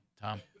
Tom